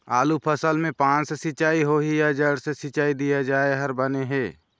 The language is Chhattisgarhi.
आलू फसल मे पान से सिचाई होही या जड़ से सिचाई दिया जाय हर बने हे?